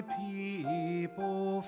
people